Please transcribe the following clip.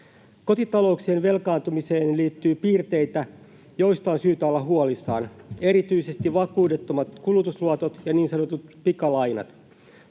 Kotitalouksien velkaantumiseen liittyy piirteitä, joista on syytä olla huolissaan — erityisesti vakuudettomat kulutusluotot ja niin sanotut pikalainat.